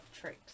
tricks